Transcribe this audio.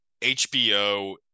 hbo